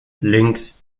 links